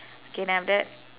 K then after that